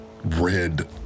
red